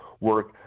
work